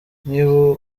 niba